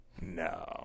no